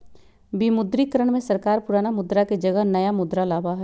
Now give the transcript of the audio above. विमुद्रीकरण में सरकार पुराना मुद्रा के जगह नया मुद्रा लाबा हई